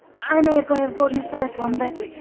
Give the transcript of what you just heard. i may have gone overboard on this first one, but